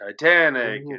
Titanic